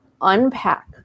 unpack